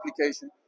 application